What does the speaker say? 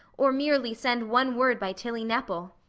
or merely send one word by tilly nepple.